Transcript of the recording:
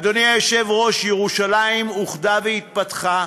אדוני היושב-ראש, ירושלים אוחדה והתפתחה,